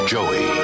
Joey